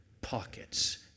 pockets